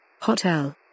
Hotel